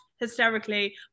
hysterically